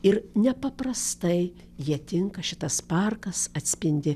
ir nepaprastai jie tinka šitas parkas atspindi